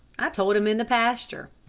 i told him in the pasture.